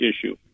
issue